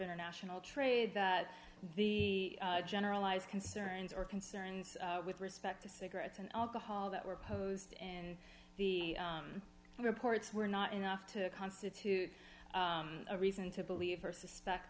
international trade that the generalized concerns or concerns with respect to cigarettes and alcohol that were posed and the reports were not enough to constitute a reason to believe her suspect